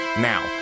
Now